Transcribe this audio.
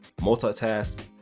Multitask